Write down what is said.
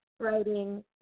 writing